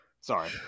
Sorry